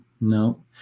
no